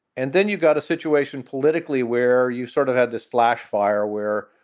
and then you've got a situation politically where you sort of had this flash fire where,